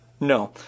No